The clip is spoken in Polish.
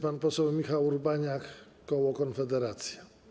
Pan poseł Michał Urbaniak, koło Konfederacja.